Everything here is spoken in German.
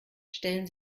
stellen